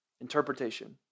Interpretation